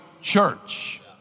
church